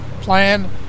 plan